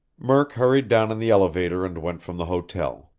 murk hurried down in the elevator and went from the hotel.